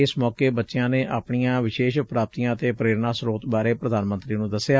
ਇਸ ਮੌਕੇ ਬਚਿਆਂ ਨੇ ਆਪਣੀਆਂ ਵਿਸ਼ੇਸ਼ ਪ੍ਰਾਪਤੀਆਂ ਅਤੇ ਪ੍ਰੇਰਨਾ ਸਰੋਤ ਬਾਰੇ ਪ੍ਰਧਾਨ ਮੰਤਰੀ ਨੂੰ ਦਸਿਆ